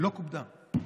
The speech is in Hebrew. לא כובדה.